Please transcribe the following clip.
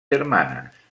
germanes